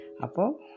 Apo